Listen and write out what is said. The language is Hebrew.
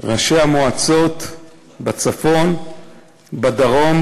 ראשי המועצות בצפון ובדרום,